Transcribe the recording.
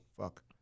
Fuck